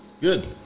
good